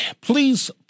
Please